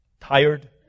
tired